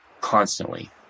constantly